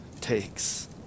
takes